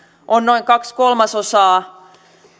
on noin kaksi kolmasosaa